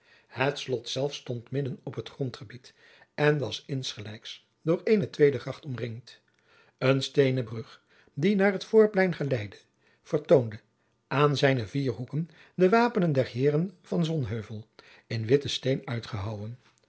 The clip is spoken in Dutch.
het slot zelf stond midden op het grondgebied en was insgelijks door eene tweede gracht omringd een steenen brug die naar het voorplein geleidde vertoonde jacob van lennep de pleegzoon aan zijne vier hoeken de wapenen der heeren van sonheuvel in witten steen uitgehouwen